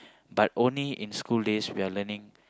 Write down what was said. but only in school days we are learning